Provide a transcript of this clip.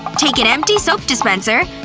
take an empty soap dispenser,